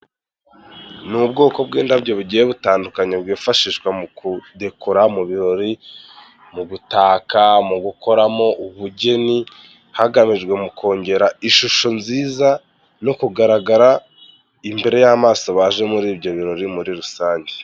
Ni ubwoko bw'indabyo bugiye butandukanye bwifashishwa mu kudecora, mu birori, mu gutaka, mu gukoramo ubugeni, hagamijwe mu kongera ishusho nziza no kugaragara imbere y'amaso baje muri ibyo birori muri rusange.